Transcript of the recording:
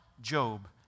Job